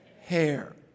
hair